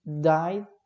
died